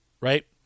Right